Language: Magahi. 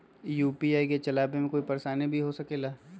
यू.पी.आई के चलावे मे कोई परेशानी भी हो सकेला?